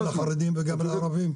גם לחרדים וגם לערבים?